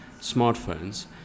smartphones